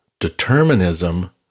determinism